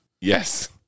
Yes